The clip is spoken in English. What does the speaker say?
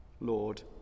Lord